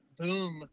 boom